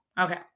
Okay